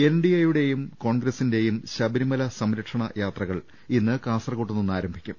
എൻഡിഎയുടെയും കോൺഗ്രസിന്റെയും ശബരിമല സംരക്ഷണ യാത്രകൾ ഇന്ന് കാസർകോട് നിന്ന് ആരംഭിക്കും